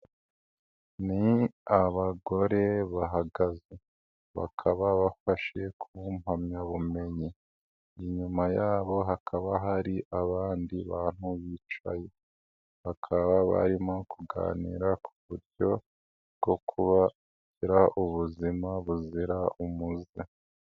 Ni abagore bahagaze, bakaba bafashe ku mpamyabumenyi, inyuma yabo hakaba hari abandi bantu bicaye, bakaba barimo kuganira ku buryo bw'uko bagira ubuzima buzira umuze.